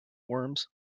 worms